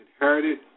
inherited